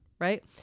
Right